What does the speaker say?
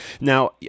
now